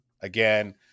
Again